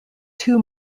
two